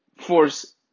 Force